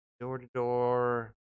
door-to-door